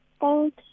Thank